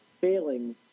failing